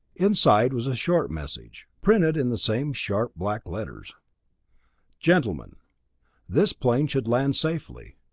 inside was a short message, printed in the same sharp, black letters gentlemen this plane should land safely.